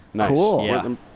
Cool